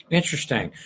interesting